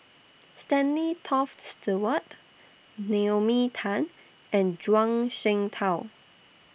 Stanley Toft Stewart Naomi Tan and Zhuang Shengtao